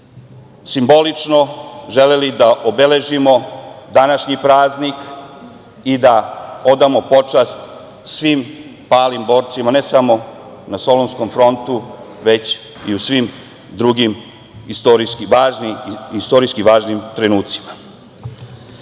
simbolično želeli da obeležimo današnji praznik i da odamo počast svim palim borcima, ne samo na Solunskom frontu, već i u svim drugim istorijski važnim trenucima. Ne